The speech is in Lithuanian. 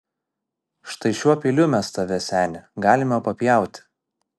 štai šiuo peiliu mes tave seni galime papjauti